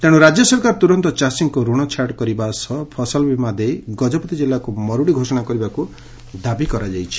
ତେଣୁ ରାଜ୍ୟ ସରକାର ତୁରନ୍ତ ଚାଷୀଙ୍କୁ ଋଣ ଛାଡ କରିବା ସହ ଫସଲବୀମା ଦେଇ ଗଜପତି କିଲ୍ଲାକୁ ମରୁଡି ଘୋଷଣା କରିବାକ୍ ଦାବି କରିଛନ୍ତି